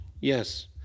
Yes